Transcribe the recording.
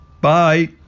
Bye